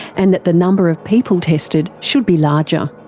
and that the number of people tested should be larger.